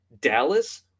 Dallas